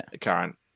current